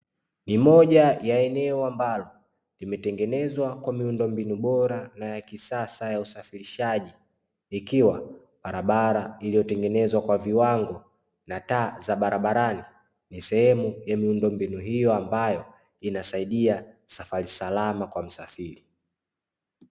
Ni moja ya eneo ambalo limetengenezwa kwa miundo mbinu bora na ya kisasa ya usafirishaji, ikiwa barabara ilizotengenezwa kwa viwango na taa za barabarani ni sehemu ya miundombinu hiyo ambayo inasaidia safari salama kwa msafiri.